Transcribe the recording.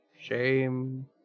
Shame